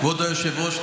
כבוד היושב-ראש,